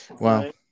wow